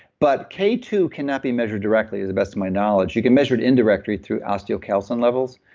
but k two cannot be measured directly is the best of my knowledge. you can measure it indirectly through osteocalcin levels,